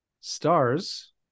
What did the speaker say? stars